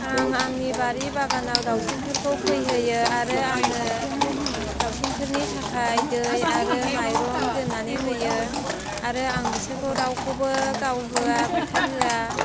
आं आंनि बारि बागानाव दाउसेनफोरखौ फैहोयो आरो आङो दाउसेनफोरनि थाखाय दै आरो माइरं दोननानै होयो आरो आं बेसोरखौ रावखौबो गावहोया बुथार होया